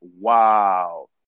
Wow